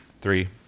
Three